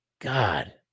God